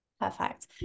Perfect